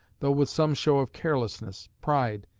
though with some show of carelessness, pride,